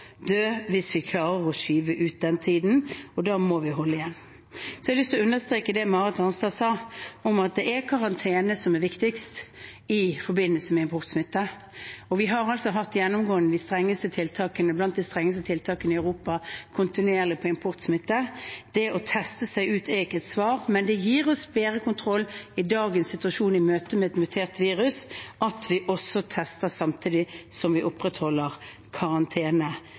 dø – hvis vi klarer å skyve ut den tiden – og da må vi holde igjen. Så har jeg lyst til å understreke det Marit Arnstad sa, om at det er karantene som er viktigst i forbindelse med importsmitte. Vi har gjennomgående kontinuerlig hatt blant de strengeste tiltakene i Europa på importsmitte. Det å teste seg ut er ikke et svar, men det gir oss bedre kontroll i dagens situasjon, i møte med et mutert virus, at vi tester samtidig som vi opprettholder karantene